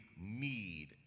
need